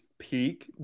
peak